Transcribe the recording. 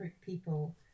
people